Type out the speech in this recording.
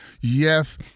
Yes